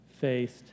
faced